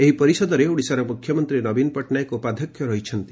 ଏହି ପରିଷଦରେ ଓଡ଼ିଶାର ମୁଖ୍ୟମନ୍ତ୍ରୀ ନବୀନ ପଟ୍ଟନାୟକ ଉପାଧ୍ୟକ୍ଷ ରହିଛନ୍ତି